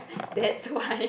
that's why